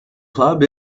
club